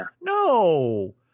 no